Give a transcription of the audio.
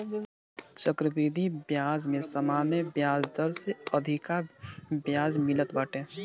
चक्रवृद्धि बियाज में सामान्य बियाज दर से अधिका बियाज मिलत बाटे